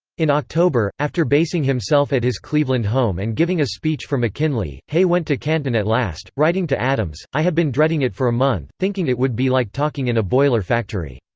in october, after basing himself at his cleveland home and giving a speech for mckinley, hay went to canton at last, writing to adams, i had been dreading it for a month, thinking it would be like talking in a boiler factory.